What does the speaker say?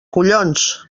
collons